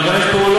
אבל אני לא בטוח,